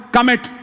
commit